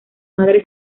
madre